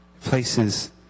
places